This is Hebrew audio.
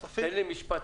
התהליך.